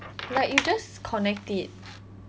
like you just connect it